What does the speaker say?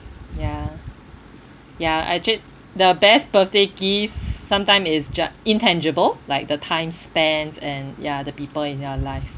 ya ya actually the best birthday gift sometime is ju~ intangible like the time spent and ya the people in your life